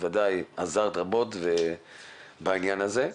ודאי עזרת רבות בעניין הזה.